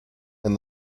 and